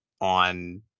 On